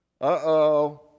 Uh-oh